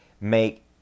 Make